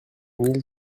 mille